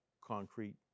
concrete